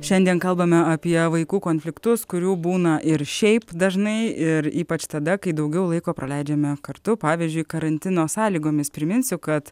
šiandien kalbame apie vaikų konfliktus kurių būna ir šiaip dažnai ir ypač tada kai daugiau laiko praleidžiame kartu pavyzdžiui karantino sąlygomis priminsiu kad